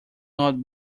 not